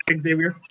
Xavier